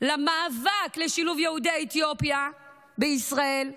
למאבק לשילוב יהודי אתיופיה בישראל,